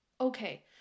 okay